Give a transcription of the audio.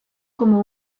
como